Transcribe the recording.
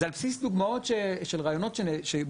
זה על בסיס דוגמאות של ריאיונות שבוצעו במחקר.